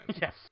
Yes